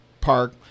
park